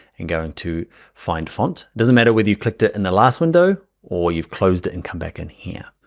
and going to find font. doesn't matter whether you clicked it in the last window, or you've closed it and come back in here.